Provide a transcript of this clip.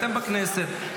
אתם בכנסת.